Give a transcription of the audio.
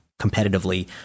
competitively